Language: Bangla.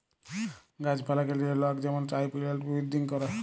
গাহাছ পালাকে লিয়ে লক যেমল চায় পিলেন্ট বিরডিং ক্যরে